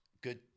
good